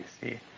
see